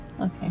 Okay